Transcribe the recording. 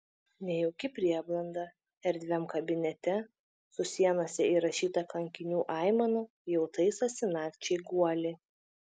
nejauki prieblanda erdviam kabinete su sienose įrašyta kankinių aimana jau taisosi nakčiai guolį